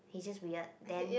he's just weird then